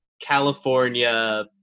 California